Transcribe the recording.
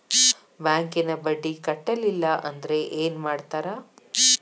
ಬ್ಯಾಂಕಿನ ಬಡ್ಡಿ ಕಟ್ಟಲಿಲ್ಲ ಅಂದ್ರೆ ಏನ್ ಮಾಡ್ತಾರ?